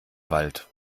wald